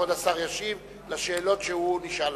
כבוד השר ישיב על השאלות שהוא נשאל,